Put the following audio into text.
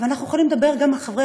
אבל אנחנו יכולים לדבר גם על חברי